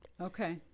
Okay